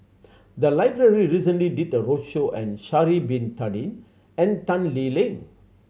the library recently did a roadshow and Sha'ari Bin Tadin and Tan Lee Leng